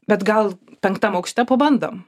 bet gal penktam aukšte pabandom